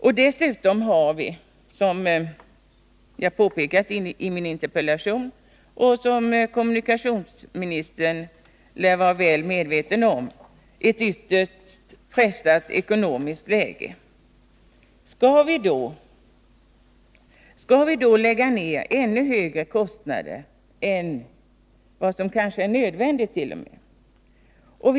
När dessutom, som jag påpekat i min interpellation och som kommunikationsministern lär vara väl medveten om, det ekonomiska läget är ytterst pressat, skall vi då lägga ner ännu högre kostnader i detta sammanhang, kanske t.o.m. mer än vad som skulle vara nödvändigt?